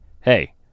hey